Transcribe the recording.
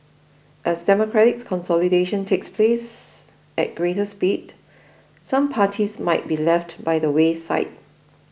as democratic consolidation takes place at greater speed some parties might be left by the wayside